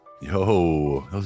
yo